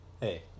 hey